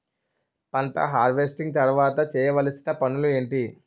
పంట హార్వెస్టింగ్ తర్వాత చేయవలసిన పనులు ఏంటి?